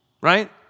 right